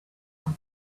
come